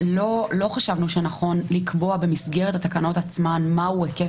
לא חשבנו שנכון לקבוע במסגרת התקנות עצמן מהו היקף